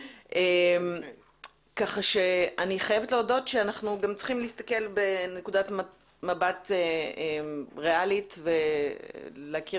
כך שאני חייבת להודות שאנחנו גם צריכים להסתכל בנקודת מבט ריאלית ולהכיר